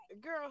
Girl